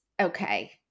Okay